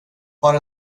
har